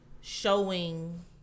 showing